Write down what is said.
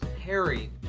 Harry